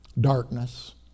darkness